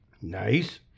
Nice